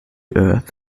earth